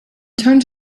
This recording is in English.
turned